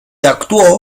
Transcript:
actuó